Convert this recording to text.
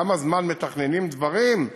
כמה זמן מתכננים דברים,